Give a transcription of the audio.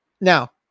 Now